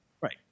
right